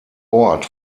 ort